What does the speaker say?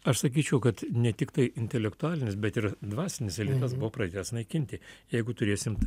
aš sakyčiau kad ne tiktai intelektualinis bet ir dvasinis elitas buvo pradėtas naikinti jeigu turėsim